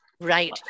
Right